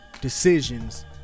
decisions